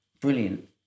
Brilliant